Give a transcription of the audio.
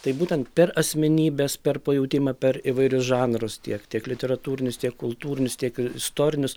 tai būtent per asmenybes pajautimą per įvairius žanrus tiek tiek literatūrinius tiek kultūrinius tiek ir istorinius